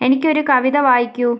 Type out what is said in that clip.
എനിക്ക് ഒരു കവിത വായിക്കൂ